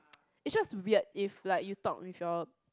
it's just weird if like you talk with your